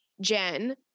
Jen